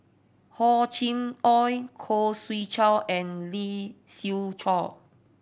Hor Chim Or Khoo Swee Chiow and Lee Siew Choh